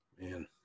Man